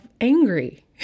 angry